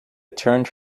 turned